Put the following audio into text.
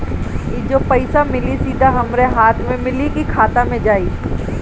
ई जो पइसा मिली सीधा हमरा हाथ में मिली कि खाता में जाई?